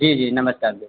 जी जी नमस्कार भैया